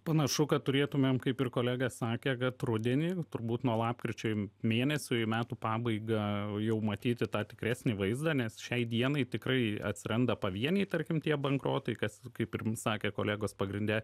panašu kad turėtumėm kaip ir kolega sakė kad rudenį turbūt nuo lapkričio mėnesio į metų pabaigą jau matyti tą tikresnį vaizdą nes šiai dienai tikrai atsiranda pavieniai tarkim tie bankrotai kas kaip ir sakė kolegos pagrinde